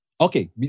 Okay